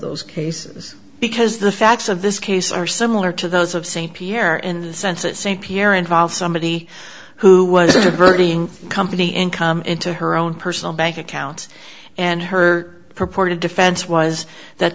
those cases because the facts of this case are similar to those of st pierre in the sense that saint pierre involved somebody who was a burning company income into her own personal bank account and her purported defense was that